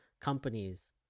companies